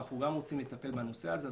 ואנחנו רוצים לטפל גם בנושא הזה.